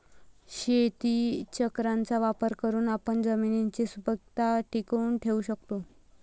शेतीचक्राचा वापर करून आपण जमिनीची सुपीकता टिकवून ठेवू शकतो